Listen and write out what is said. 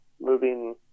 moving